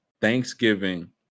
thanksgiving